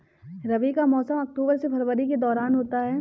रबी का मौसम अक्टूबर से फरवरी के दौरान होता है